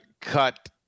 cut